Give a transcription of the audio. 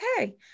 okay